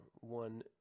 one